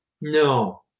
no